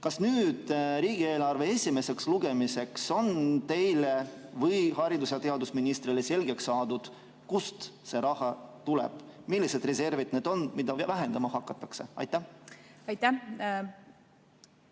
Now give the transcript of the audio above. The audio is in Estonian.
Kas nüüd riigieelarve eelnõu esimeseks lugemiseks on teile või haridus- ja teadusministrile selgeks saanud, kust see raha tuleb? Millised on need reservid, mida vähendama hakatakse? Aitäh!